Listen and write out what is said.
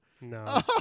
no